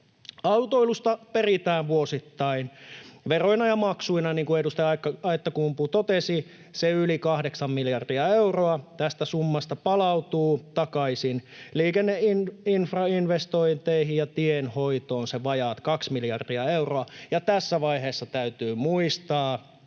Autoilusta peritään vuosittain veroina ja maksuina — niin kuin edustaja Aittakumpu totesi — se yli kahdeksan miljardia euroa. Tästä summasta palautuu takaisin liikenneinfrainvestointeihin ja tienhoitoon se vajaat kaksi miljardia euroa. Ja tässä vaiheessa täytyy muistaa,